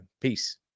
Peace